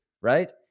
right